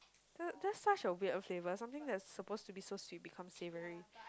the that's such a weird flavour something that's supposed to be so sweet become savoury